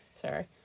Sorry